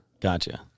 Gotcha